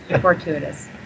Fortuitous